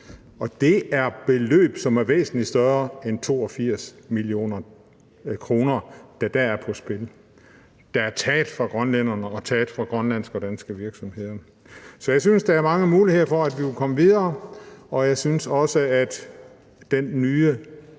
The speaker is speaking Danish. Det er beløb, som er væsentlig større end 82 mio. kr., der dér er på spil, og som er taget fra grønlænderne og fra grønlandske og danske virksomheder. Så jeg synes, der er mange muligheder for, at vi kunne komme videre, og jeg synes også, at den nye